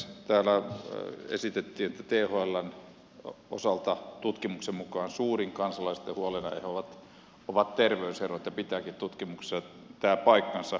täällä esitettiin että thln osalta tutkimuksen mukaan suurin kansalaisten huolenaihe on terveyserot ja tämä pitääkin tutkimuksessa paikkansa